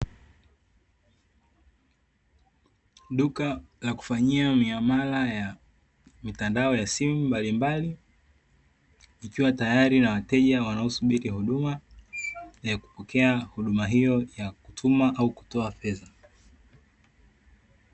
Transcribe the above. Duka la kufanyia miamala ya mitandao ya simu mbalimbali, ikiwa tayari na wateja wanaosubiri huduma, ya kupokea huduma hiyo ya kutuma au kutoa fedha.